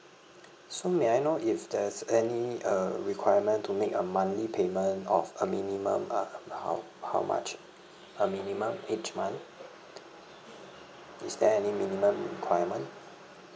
so may I know if there's any uh requirement to make a monthly payment of a minimum uh how how much a minimum each month is there any minimum requirement